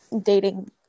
dating